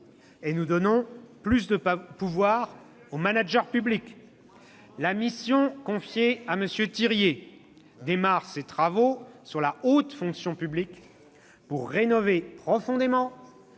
et nous donnons plus de pouvoir aux managers. La mission Thiriez démarre ses travaux sur la haute fonction publique, pour rénover profondément